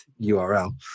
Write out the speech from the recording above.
URL